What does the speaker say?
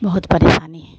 बहुत परेशानी है